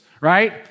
right